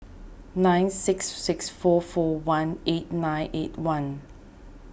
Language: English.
nine six six four four one eight nine eight one